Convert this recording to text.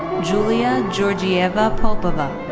julia georgieva popova.